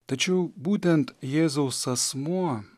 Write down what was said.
tačiau būtent jėzaus asmuo